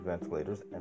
ventilators